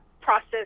process